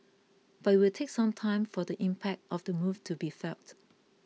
but it will take some time for the impact of the move to be felt